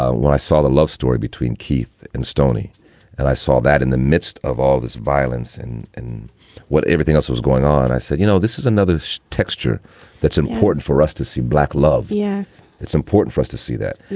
ah when i saw the love story between keith and stoney and i saw that in the midst of all this violence and what everything else was going on, i said, you know, this is another texture that's important for us to see black love. yes, it's important for us to see that.